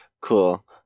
Cool